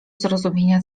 zrozumienia